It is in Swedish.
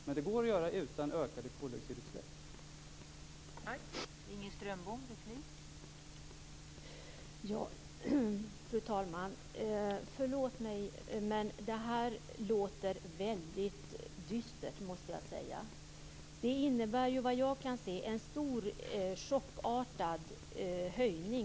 Men det går att göra det utan ökade koldioxidutsläpp.